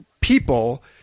people